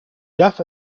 deaf